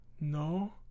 No